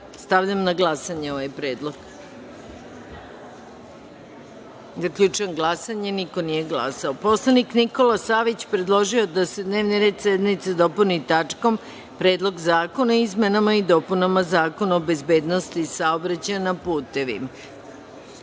na glasanje ovaj predlog. Zaključujem glasanje: niko nije glasao. Narodni poslanik Nikola Savić predložio je da se dnevni red sednice dopuni tačkom – Predlog zakona o izmenama i dopunama Zakona o bezbednosti saobraćaja na